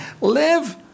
Live